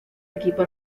equipo